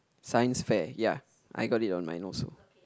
Science fair ya I got it on mine also